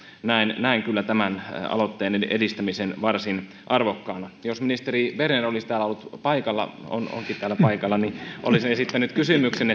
näen kyllä tämän aloitteen edistämisen varsin arvokkaana jos ministeri berner olisi täällä ollut paikalla onkin täällä paikalla niin olisin esittänyt kysymyksen